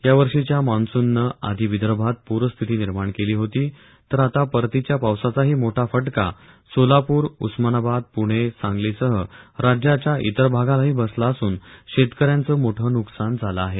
यावर्षीच्या मान्सूननं आधी विदर्भात प्रस्थिती निर्माण केली होती तर आता परतीच्या पावसाचाही मोठा फटका सोलापूर उस्मानाबाद पुणे सांगलीसह राज्याच्या इतर भागालाही बसला असून शेतकऱ्यांच मोठं नुकसान झालं आहे